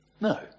No